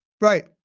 Right